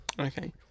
Okay